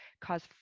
cause